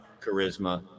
charisma